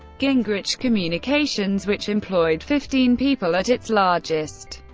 gingrich communications, which employed fifteen people at its largest,